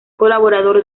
colaborador